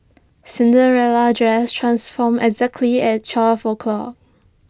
Cinderella's dress transformed exactly at twelve o'clock